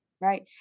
Right